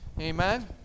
amen